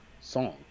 song